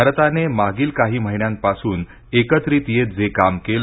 भारताने मागील काही महिन्यांपासून एकत्रित येत जे काम केलं